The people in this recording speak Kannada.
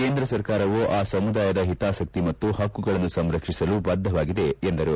ಕೇಂದ್ರ ಸರ್ಕಾರವು ಆ ಸಮುದಾಯದ ಹಿತಾಸಕ್ತಿ ಮತ್ತು ಪಕ್ಕುಗಳನ್ನು ಸಂರಕ್ಷಿಸಲು ಬದ್ಧವಾಗಿದೆ ಎಂದರು